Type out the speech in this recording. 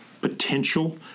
potential